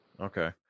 Okay